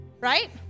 Right